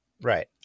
right